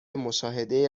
مشاهده